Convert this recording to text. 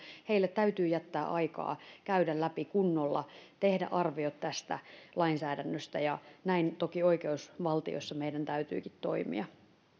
heille täytyy jättää aikaa käydä läpi kunnolla tehdä arviot tästä lainsäädännöstä ja näin toki oikeusvaltiossa meidän täytyykin toimia